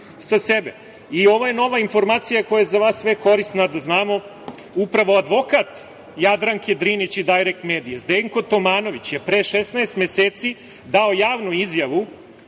sa sebe. Ovo je nova informacija koja je za nas sve korisna, da znamo. Upravo advokat Jadranke Drinić i „Dajrekt medije“ Zdenko Tomanović je pre 16 meseci dao javnu izjavu